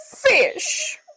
fish